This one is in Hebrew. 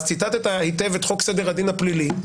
אז ציטטת היטב את חוק סדר הדין הפלילי,